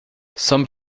some